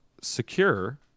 secure